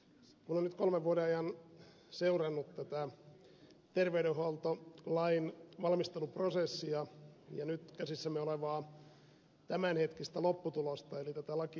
olen nyt kolmen vuoden ajan seurannut tätä terveydenhuoltolain valmisteluprosessia ja nyt käsissämme olevaa tämänhetkistä lopputulosta eli tätä lakiesitystä